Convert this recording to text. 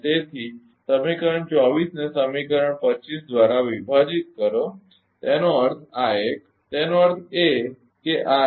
તેથી સમીકરણ 24 ને સમીકરણ 25 દ્વારા વિભાજીત કરો તેનો અર્થ આ એક તેનો અર્થ એ કે આ એક